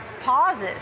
pauses